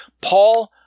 Paul